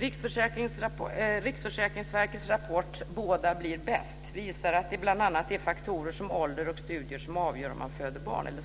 Riksförsäkringsverkets rapport Båda blir bäst visar att det bl.a. är faktorer som ålder och studier som avgör om man